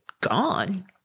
gone